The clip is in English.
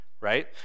right